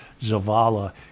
Zavala